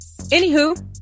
anywho